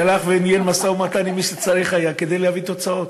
שהלך וניהל משא-ומתן עם מי שצריך היה כדי להביא תוצאות,